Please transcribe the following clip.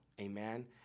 Amen